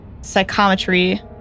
psychometry